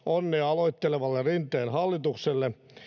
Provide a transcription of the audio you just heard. onnea aloittelevalle rinteen hallitukselle